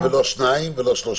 זה לא מקרה אחד ולא שניים ולא שלושה.